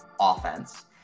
offense